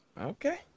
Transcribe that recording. okay